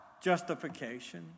justification